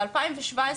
ב-2017,